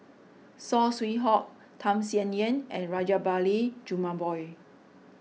Saw Swee Hock Tham Sien Yen and Rajabali Jumabhoy